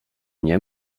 nie